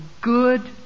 good